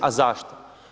A zašto?